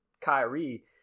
Kyrie